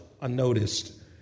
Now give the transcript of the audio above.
unnoticed